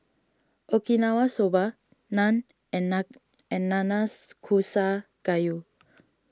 Okinawa Soba Naan and and Nanakusa Gayu